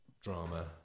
drama